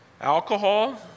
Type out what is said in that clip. Alcohol